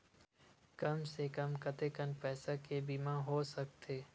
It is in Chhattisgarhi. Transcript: कम से कम कतेकन पईसा के बीमा हो सकथे?